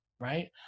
right